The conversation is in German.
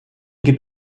gibt